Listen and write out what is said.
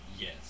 Yes